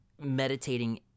meditating